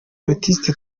artist